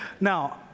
Now